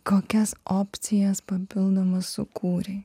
kokias opcijas papildomas sukūrei